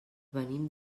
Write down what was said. venim